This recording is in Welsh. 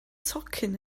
tocyn